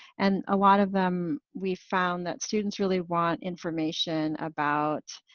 and a lot of them, we found that students really want information about